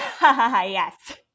Yes